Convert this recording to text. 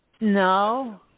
No